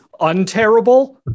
unterrible